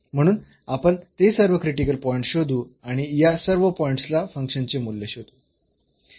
म्हणून आपण ते सर्व क्रिटिकल पॉईंट्स शोधू आणि या सर्व पॉईंट्सला फंक्शनचे मूल्य शोधू